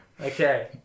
Okay